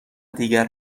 دیگر